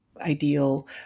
ideal